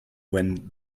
when